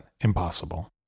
impossible